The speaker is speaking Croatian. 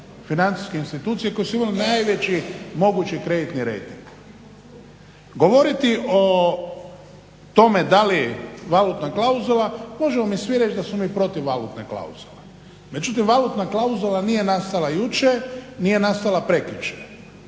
financijske institucije koje su imale najveći mogući kreditni rejting. Govoriti o tome da li valutna klauzula, možemo mi svi reći da smo mi protiv valutne klauzule, međutim valutna klauzula nije nastala jučer, nije nastala prekjučer.